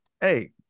Hey